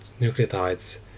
nucleotides